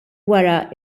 wara